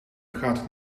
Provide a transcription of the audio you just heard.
gaat